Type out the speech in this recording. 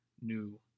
new